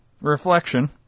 reflection